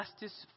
justice